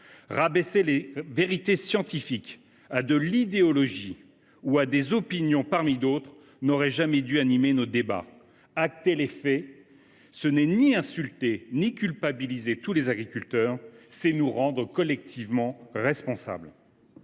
Rabaisser les vérités scientifiques à de l’idéologie ou à des opinions parmi d’autres n’aurait jamais dû animer nos débats. Acter les faits, ce n’est ni insulter ni culpabiliser tous les agriculteurs : c’est nous rendre collectivement responsables